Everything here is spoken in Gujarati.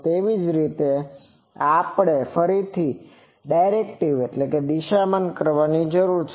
તેવી જ રીતે ફરીથી ડાઈરેકટીવીટીdirectivityદિશામાન કરવાની જરૂર છે